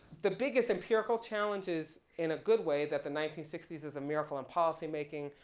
the biggest empirical challenge is in a good way, that the nineteen sixty s is a miracle in policy making.